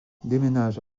déménage